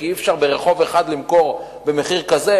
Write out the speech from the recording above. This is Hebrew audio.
כי אי-אפשר ברחוב אחד למכור במחיר כזה